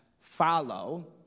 follow